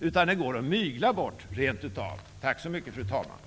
Demokratin går rent av att mygla bort. Tack så mycket fru talman!